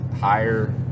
higher